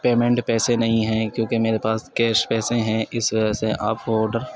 payment پیسے نہیں ہیں کیونکہ میرے پاس کیش پیسے ہیں اس وجہ سے آپ آرڈر